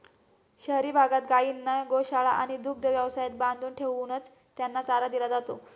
शहरी भागात गायींना गोशाळा आणि दुग्ध व्यवसायात बांधून ठेवूनच त्यांना चारा दिला जातो